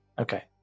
Okay